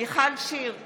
מיכל שיר סגמן,